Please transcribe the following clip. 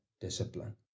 discipline